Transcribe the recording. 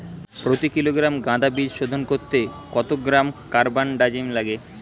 প্রতি কিলোগ্রাম গাঁদা বীজ শোধন করতে কত গ্রাম কারবানডাজিম লাগে?